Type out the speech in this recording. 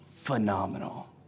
phenomenal